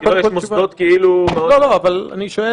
כי היא לא איש מוסדות כאילו --- אבל אני שואל